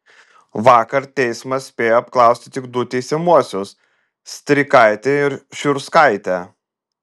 vakar teismas spėjo apklausti tik du teisiamuosius strikaitį ir šiurskaitę